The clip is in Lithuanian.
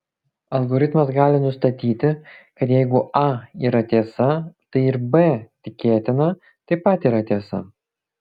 algoritmas gali nustatyti kad jeigu a yra tiesa tai ir b tikėtina taip pat yra tiesa